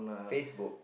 Facebook